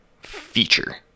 feature